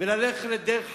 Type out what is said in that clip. וללכת לדרך חדשה.